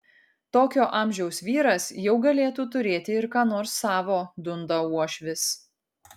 tokio amžiaus vyras jau galėtų turėti ir ką nors savo dunda uošvis